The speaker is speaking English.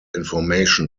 information